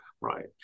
right